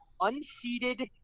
unseated